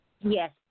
Yes